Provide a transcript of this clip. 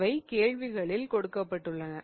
இவை கேள்வியில் கொடுக்கப்பட்டுள்ளன